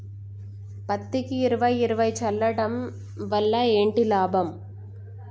పత్తికి ఇరవై ఇరవై చల్లడం వల్ల ఏంటి లాభం?